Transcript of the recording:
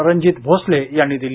रणजित भोसले यांनी दिली